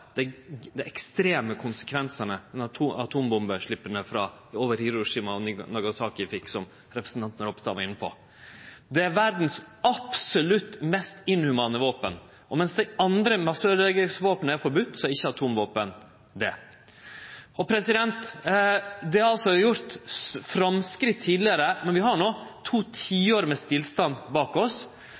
dei ekstreme konsekvensane som atombombesleppa over Hiroshima og Nagasaki fekk, som representanten Ropstad var inne på. Det er det absolutt mest inhumane våpenet i verda, og medan dei andre masseøydeleggingsvåpna er forbodne, er ikkje atomvåpen det. Det er altså gjort framsteg tidlegare, men vi har no to tiår med stillstand bak oss,